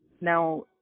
now